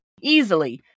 easily